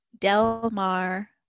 Delmar